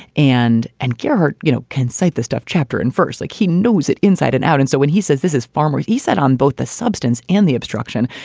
and and gephardt, you know, can cite the stuff chapter and verse, like he knows it inside and out. and so when he says this is farmers, he said on both the substance and the obstruction,